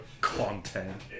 content